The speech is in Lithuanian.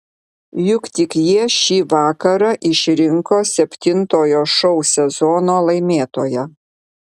juk tik jie šį vakarą išrinko septintojo šou sezono laimėtoją